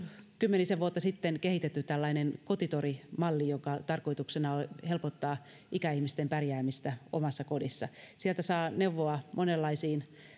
kymmenisen vuotta sitten kehitetty tällainen kotitori malli jonka tarkoituksena on helpottaa ikäihmisten pärjäämistä omassa kodissa sieltä saa neuvoa monenlaisiin